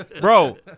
bro